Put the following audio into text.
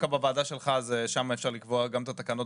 בוועדה שלך אפשר לקבוע גם את התקנות.